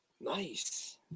Nice